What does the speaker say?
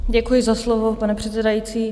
Děkuji za slovo, pane předsedající.